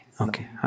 okay